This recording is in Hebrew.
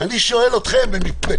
רק חיוניים?